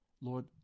Lord